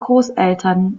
großeltern